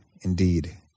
indeed